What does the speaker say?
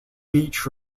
beach